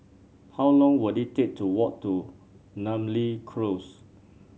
how long will it take to walk to Namly Close